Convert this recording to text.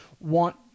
want